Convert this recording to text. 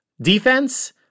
defense